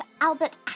Albert